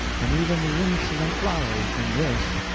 and even the insolent flowers, than this!